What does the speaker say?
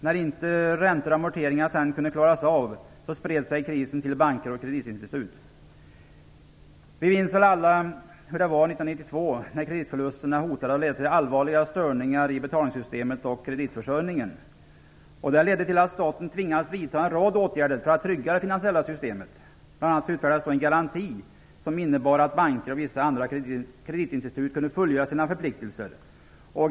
När sedan räntor och amorteringar inte kunde klaras av spred sig krisen till banker och kreditinstitut. Vi minns väl alla hur det var 1992, när kreditförlusterna hotade att leda till allvarliga störningar i betalningssystemet och kreditförsörjningen. Det gjorde att staten tvingades vidta en rad åtgärder för att trygga det finansiella systemet. Bl.a. utfärdades en garanti som innebar att banker och vissa andra kreditinstitut kunde fullgöra sina förpliktelser.